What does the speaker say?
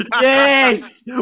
Yes